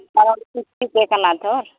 ᱠᱟᱨᱚᱱ ᱠᱤᱥᱛᱤ ᱛᱮ ᱠᱟᱱᱟ ᱛᱷᱚ